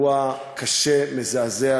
באירוע קשה, מזעזע.